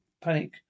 panic